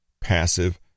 passive